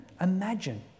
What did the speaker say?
imagine